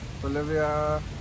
bolivia